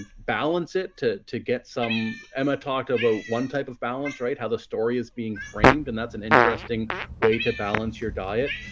ah balance it to to get some emma talked about one type of balance right how the story is being framed and that's an interesting way to balance your diet.